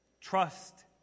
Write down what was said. Trust